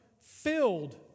filled